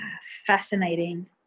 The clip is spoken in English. fascinating